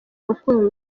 rukundo